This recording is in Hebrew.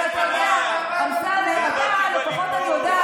אתה נכנסת לפייסבוק?